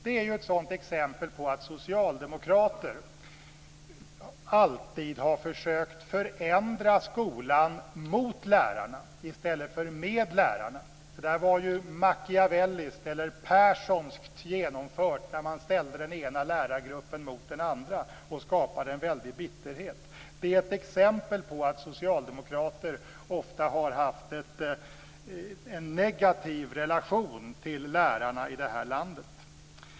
Det är ett exempel på att socialdemokrater alltid har försökt förändra skolan mot lärarna i stället för med lärarna. Det var machiavelliskt eller perssonskt genomfört när man ställde den ena lärargruppen mot den andra och skapade en väldig bitterhet. Det är ett exempel på att socialdemokrater ofta har haft en negativ relation till lärarna i det här landet.